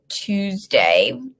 Tuesday